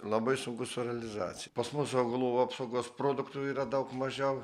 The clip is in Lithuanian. labai sunku su realizacija pas mus augalų apsaugos produktų yra daug mažiau